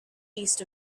east